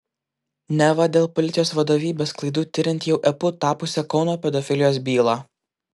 neva dėl policijos vadovybės klaidų tiriant jau epu tapusią kauno pedofilijos bylą